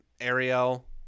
ariel